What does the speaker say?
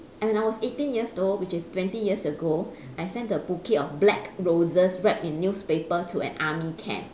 and I was eighteen years though which is twenty years ago I sent a bouquet of black roses wrapped in newspaper to an army camp